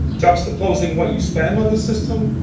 juxtaposing what you spend on the system